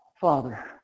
Father